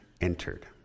entered